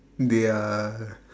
ya